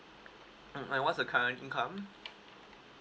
mm and what's the current income